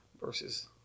versus